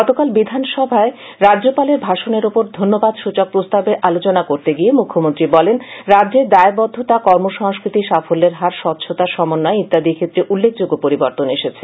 গতকাল বিধানসভায় রাজ্যপালের ভাষণের উপর ধন্যবাদসূচক প্রস্তাবে আলোচনা করতে গিয়ে মুখ্যমন্ত্রী বলেন রাজ্যে দায়বদ্ধতা কর্মসংস্কৃতি সাফল্যের হার স্বচ্ছতা সমন্বয় ইত্যাদি ক্ষেত্রে উল্লেখযোগ্য পরিবর্তন এসছে